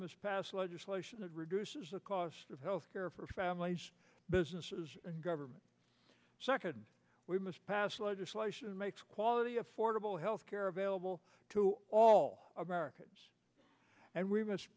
must pass legislation that reduces the cost of health care for families businesses and government second we must pass legislation makes quality affordable health care available to all americans and we must